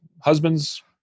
husbands